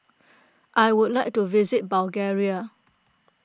I would like to visit Bulgaria